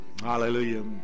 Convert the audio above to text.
Hallelujah